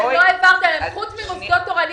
חוץ ממוסדות תורניים,